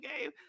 game